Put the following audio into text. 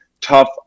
tough